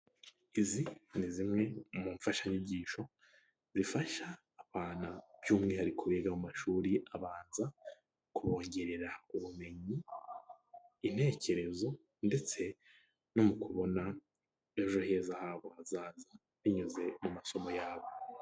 Izi ni zimwe mu mfashanyigisho zifasha abana by'umwihariko biga mu mashuri abanza, kubongerera ubumenyi intekerezo ndetse no mu kubona ejo heza habo hazaza binyuze mu masomo yabo.